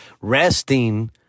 resting